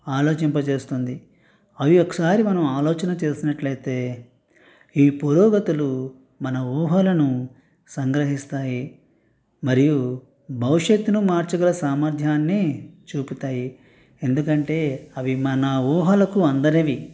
ఆలోచింప చేస్తుంది అవి ఒకసారి మనం ఆలోచన చేస్తున్నట్లయితే ఈ పురోగతులు మన ఊహలను సంగ్రహిస్తాయి మరియు భవిష్యత్తును మార్చగల సామర్థ్యాన్ని చూపుతాయి ఎందుకంటే అవి మన ఊహలకు అందనవి